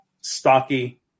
stocky